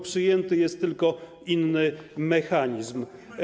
Przyjęty jest tylko inny mechanizm.